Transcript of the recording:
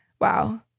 Wow